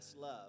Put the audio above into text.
love